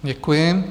Děkuji.